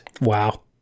Wow